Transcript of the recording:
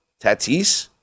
Tatis